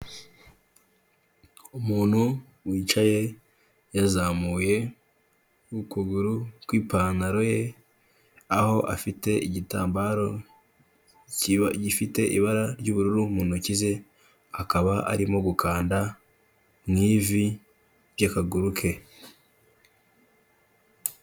Umuntu wicaye yazamuye ukuguru kw'ipantaro ye, aho afite igitambaro gifite ibara ry'ubururu mu ntoki ze, akaba arimo gukanda mu ivi ry'akaguru ke.